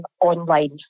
online